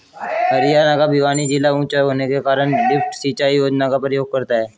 हरियाणा का भिवानी जिला ऊंचा होने के कारण लिफ्ट सिंचाई योजना का प्रयोग करता है